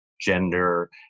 gender